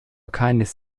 keines